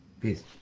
Peace